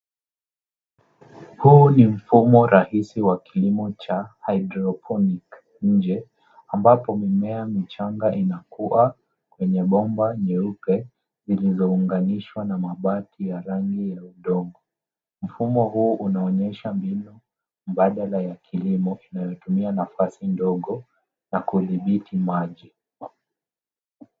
Huu ni mfumo rahisi wa kilimo cha hydroponic nje, ambapo mimea michanga inakua kwenye bomba nyeupe lililounganishwa na mabati ya rangi ya udongo. Mfumo huu unaonyesha mbinu mbadala ya kilimo kinayotumia nafasi ndogo na kudhibiti maji.